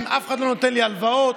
אף אחד לא נותן לי הלוואות,